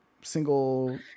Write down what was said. single